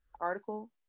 article